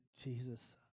Jesus